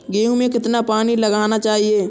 गेहूँ में कितना पानी लगाना चाहिए?